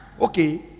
okay